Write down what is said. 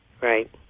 Right